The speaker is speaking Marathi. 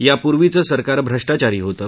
यापूर्वीचं सरकार भ्रष्टाचारी होतं